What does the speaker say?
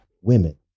women